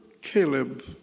Caleb